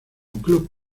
club